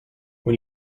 when